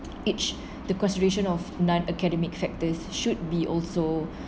each the consideration of non academic factors should be also